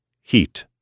Heat